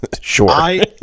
Sure